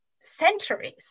centuries